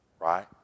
right